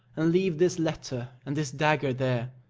and leave this letter and this dagger there,